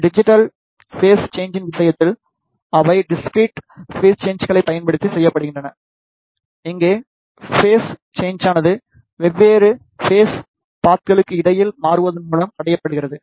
digital phase சேன்ஜின் விஷயத்தில் அவை டிஸ்கிரெட் பேஸ் சேன்ஜ்களைப் பயன்படுத்தி செய்யப்படுகின்றன இங்கே பேஸ் சேன்ஜானது வெவ்வேறு பேஸ் பாத்களுக்கு இடையில் மாறுவதன் மூலம் அடையப்படுகிறது